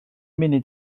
munud